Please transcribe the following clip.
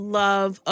love